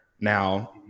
now